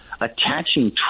attaching